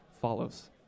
follows